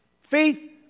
Faith